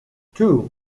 two